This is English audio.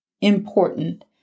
important